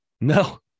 No